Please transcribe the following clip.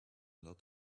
lot